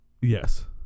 Yes